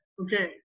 Okay